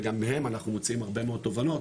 וגם מהם אנחנו מוציאים הרבה מאוד תובנות